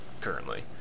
currently